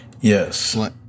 Yes